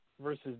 versus